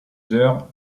heures